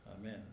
Amen